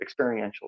experientially